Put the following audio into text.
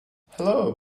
hello